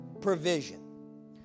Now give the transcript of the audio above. provision